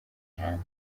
hand